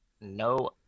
No